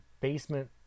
basement